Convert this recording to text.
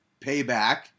payback